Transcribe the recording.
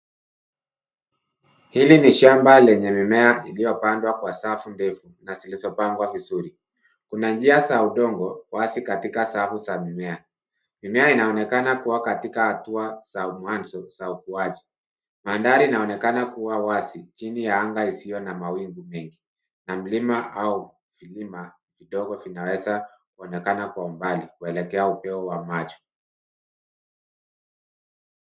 Hili ni shamba lenye mimea iliyopandwa kwa safu ndefu na zilizopangwa vizuri. Kuna njia za udongo wazi katika safu za mimea. Mimea inaonekana kuwa katika hatua za mwanzo za ukuaji. Mandhari inaonekana kuwa wazi chini ya anga isiyo na mawingu mengi. Ni mlima au viilima vidogo vinaweza kuonekana kwa umbali kuelekea upeo wa macho.